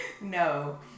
No